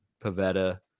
Pavetta